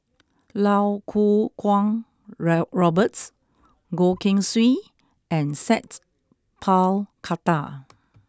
Lau Kuo Kwong raw Robert Goh Keng Swee and Sat Pal Khattar